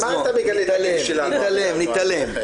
נתעלם.